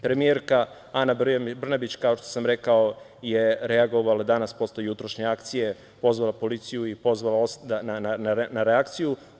Premijerka Ana Brnabić je, kao što sam rekao, reagovala danas posle jutrašnje akcije, pozvala policiju i pozvala na reakciju.